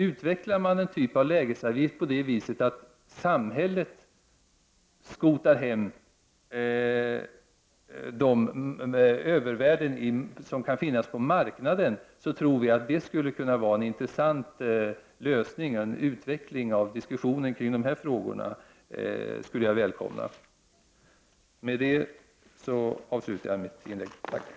Utvecklar man en typ av lägesavgift på det viset att samhället skotar hem de övervärden som kan finnas på marknaden, tror vi att det skulle kunna vara en intressant lösning. En utveckling av diskussionen kring de frågorna skulle jag välkomna. Med det avslutar jag mitt inlägg.